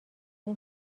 این